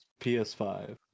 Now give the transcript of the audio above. PS5